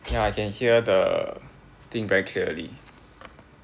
ya I can hear the thing very clearly